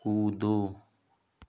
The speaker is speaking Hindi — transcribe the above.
कूदो